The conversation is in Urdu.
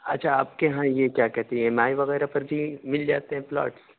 اچھا آپ کے یہاں یہ کیا کہتے ہیں ایم آئی وغیرہ پربھی مل جاتے ہیں پلاٹ